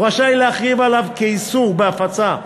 אז הוא רשאי להכריז עליו כאסור בהפצה.